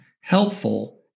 helpful